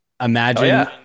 imagine